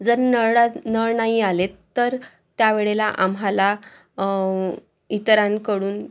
जर नळा नळ नाही आले तर त्यावेळेला आम्हाला इतरांकडून